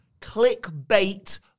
clickbait